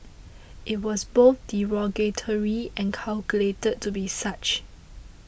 it was both derogatory and calculated to be such